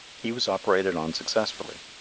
he was operated on successfully,